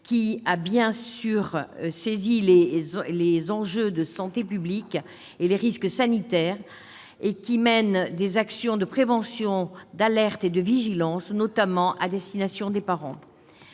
qui a bien saisi les enjeux de santé publique et les risques sanitaires. Elle mène des actions de prévention, d'alerte et de vigilance, notamment à destination des parents.